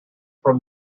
from